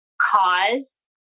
cause